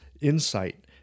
insight